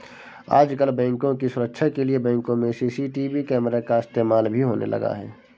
आजकल बैंकों की सुरक्षा के लिए बैंकों में सी.सी.टी.वी कैमरा का इस्तेमाल भी होने लगा है